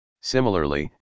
Similarly